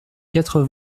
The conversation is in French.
quatre